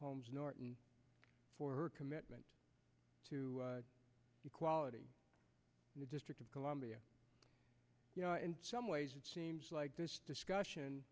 holmes norton for her commitment to equality in the district of columbia you know in some ways it seems like this discussion